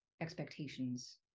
expectations